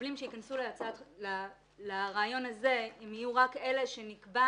שמחבלים שיכנסו לרעיון הזה הם יהיו רק אלה שנקבע